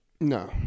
No